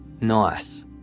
Nice